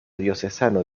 diocesano